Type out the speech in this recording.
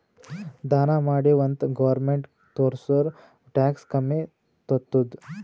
ದಾನಾ ಮಾಡಿವ್ ಅಂತ್ ಗೌರ್ಮೆಂಟ್ಗ ತೋರ್ಸುರ್ ಟ್ಯಾಕ್ಸ್ ಕಮ್ಮಿ ತೊತ್ತುದ್